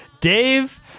Dave